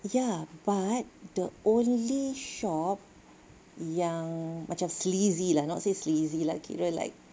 ya but the only shop yang macam sleazy not say sleazy lah kira like